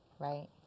right